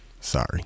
Sorry